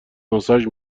ماساژ